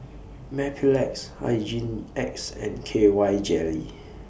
Mepilex Hygin X and K Y Jelly